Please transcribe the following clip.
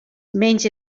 menys